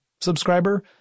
subscriber